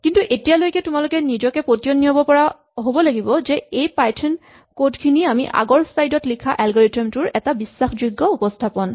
কিন্তু এতিয়ালৈকে তোমালোকে নিজকে পতিয়ন নিয়াব পৰা হ'ব লাগিব যে এই পাইথন কড খিনি আমি আগৰ স্লাইড ত লিখা এলগৰিথম টোৰ এটা বিশ্বাসযোগ্য উপস্হাপন